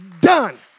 done